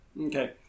Okay